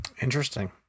Interesting